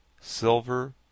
silver